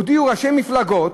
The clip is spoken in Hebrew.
הודיעו ראשי מפלגות